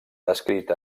descrit